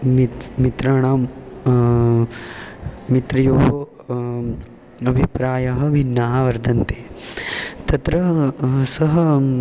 मित्रं मित्राणां मित्रियोः अभाप्रायः भिन्नाः वर्तन्ते तत्र सः